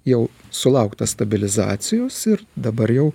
jau sulaukta stabilizacijos ir dabar jau